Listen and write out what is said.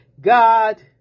God